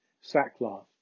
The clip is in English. sackcloth